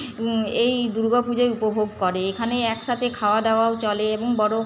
এই দুর্গা পূজায় উপভোগ করে এখানে একসাথে খাওয়া দাওয়াও চলে এবং বড়ো